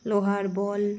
লোহার বল